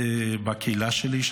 בקהילה שלי,